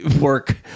work